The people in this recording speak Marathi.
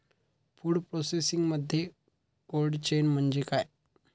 फूड प्रोसेसिंगमध्ये कोल्ड चेन म्हणजे काय?